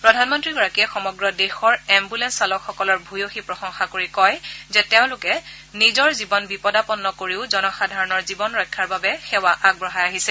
প্ৰধানমন্ত্ৰীগৰাকীয়ে সমগ্ৰ দেশৰ এম্বুলেষ্স চালকসকলৰ ভূয়সী প্ৰসংশা কৰি কয় যে তেওঁলোকে নিজৰ জীৱন বিপদাপন্ন কৰিও জনসাধাৰণৰ জীৱন ৰক্ষাৰ বাবে সেৱা আগবঢ়াই আহিছে